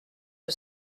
que